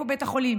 איפה בית החולים?